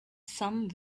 some